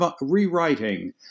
rewriting